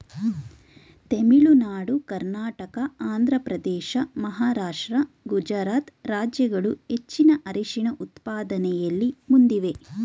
ತಮಿಳುನಾಡು ಕರ್ನಾಟಕ ಆಂಧ್ರಪ್ರದೇಶ ಮಹಾರಾಷ್ಟ್ರ ಗುಜರಾತ್ ರಾಜ್ಯಗಳು ಹೆಚ್ಚಿನ ಅರಿಶಿಣ ಉತ್ಪಾದನೆಯಲ್ಲಿ ಮುಂದಿವೆ